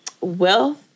Wealth